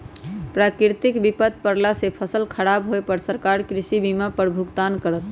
प्राकृतिक विपत परला से फसल खराब होय पर सरकार कृषि बीमा पर भुगतान करत